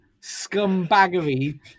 scumbaggery